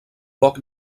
poc